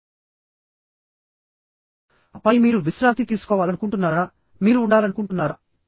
ఆపై మీరు విశ్రాంతి తీసుకోవాలనుకుంటున్నారా మీరు ఉండాలనుకుంటున్నారా